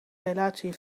relatie